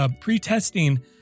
pre-testing